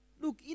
Look